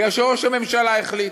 כי ראש הממשלה החליט.